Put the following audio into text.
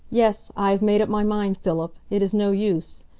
yes, i have made up my mind, philip. it is no use.